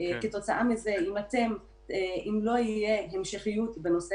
כתוצאה מכך אם לא תהיה המשכיות בנושא